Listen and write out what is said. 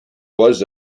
was